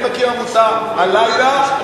אני מקים עמותה הלילה,